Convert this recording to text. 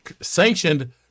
sanctioned